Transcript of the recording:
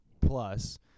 plus